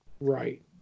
Right